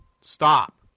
stop